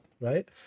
right